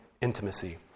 intimacy